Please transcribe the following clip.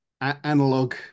analog